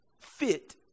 fit